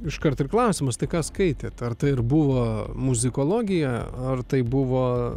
iškart ir klausimas tai ką skaitėt ar tai ir buvo muzikologija ar tai buvo